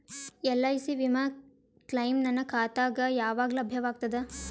LIC ವಿಮಾ claim ನನ್ನ ಖಾತಾಗ ಯಾವಾಗ ಲಭ್ಯವಾಗತದ?